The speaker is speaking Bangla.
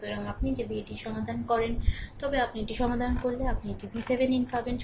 সুতরাং আপনি যদি এটি সমাধান করেন তবে আপনি এটি সমাধান করলে আপনি VThevenin পাবেন